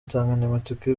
insanganyamatsiko